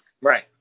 Right